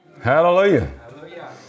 Hallelujah